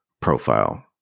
profile